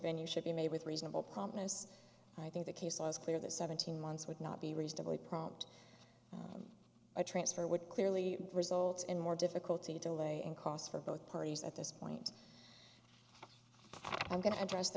venue should be made with reasonable promptness i think the case was clear that seventeen months would not be reasonably prompt a transfer would clearly result in more difficulty to lay in costs for both parties at this point i'm going to